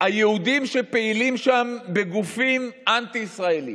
היהודים שפעילים שם בגופים אנטי-ישראליים,